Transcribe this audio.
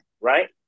right